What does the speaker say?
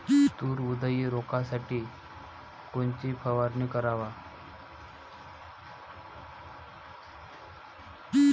तूर उधळी रोखासाठी कोनची फवारनी कराव?